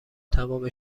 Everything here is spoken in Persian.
تمام